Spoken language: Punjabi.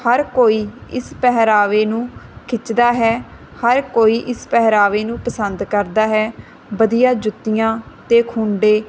ਹਰ ਕੋਈ ਇਸ ਪਹਿਰਾਵੇ ਨੂੰ ਖਿੱਚਦਾ ਹੈ ਹਰ ਕੋਈ ਇਸ ਪਹਿਰਾਵੇ ਨੂੰ ਪਸੰਦ ਕਰਦਾ ਹੈ ਵਧੀਆ ਜੁੱਤੀਆਂ ਅਤੇ ਖੁੰਡੇ